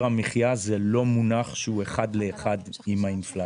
המחיה זה לא מונח שהוא אחד לאחד עם האינפלציה,